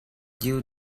you